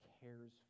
cares